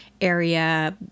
area